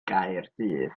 gaerdydd